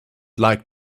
like